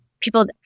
people